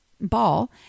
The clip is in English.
ball